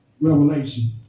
Revelation